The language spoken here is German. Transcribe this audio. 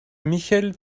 michel